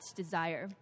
desire